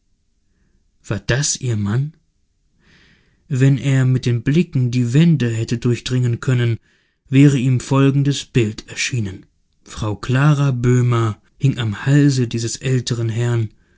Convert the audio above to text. war das ihr mann wenn er mit den blicken die wände hätte durchdringen können wäre ihm folgendes bild erschienen frau clara boehmer hing am halse dieses älteren herrn